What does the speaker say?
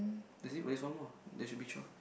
that's it there's one more there should be twelve